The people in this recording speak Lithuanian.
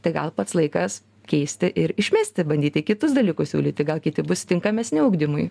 tai gal pats laikas keisti ir išmesti bandyti kitus dalykus siūlyti gal kiti bus tinkamesni ugdymui